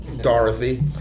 Dorothy